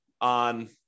on